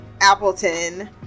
appleton